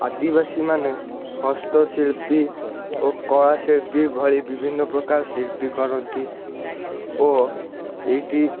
ଆଦିବାସୀମାନେ ହସ୍ତଶିଳ୍ପୀ ଓ କଳାଶିଳ୍ପୀ ଭଳି ବିଭିନ୍ନ ପ୍ରକାର ଶିଳ୍ପୀ କରନ୍ତି ଓ ଏଇଟି